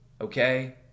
okay